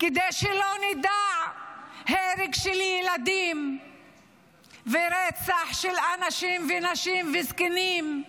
כדי שלא נדע הרג של ילדים ורצח של אנשים ונשים וזקנים,